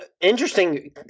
interesting